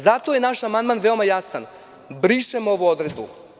Zato je naš amandman veoma jasan – brišemo ovu odredbu.